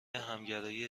همگرای